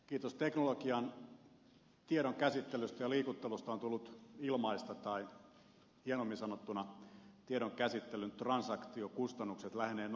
kiitos teknologian tiedonkäsittelystä ja liikuttelusta on tullut ilmaista tai hienommin sanottuna tiedonkäsittelyn transaktiokustannukset lähenevät nollaa